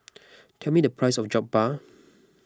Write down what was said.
tell me the price of Jokbal